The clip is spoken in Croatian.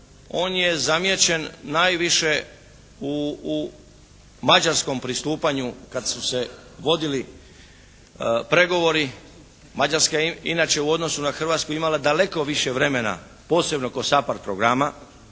On je zamijećen najviše u Mađarskom pristupanju kad su se vodili pregovori. Mađarska je inače u odnosu na Hrvatsku imala daleko više vremena, posebno kod SAPARD programa,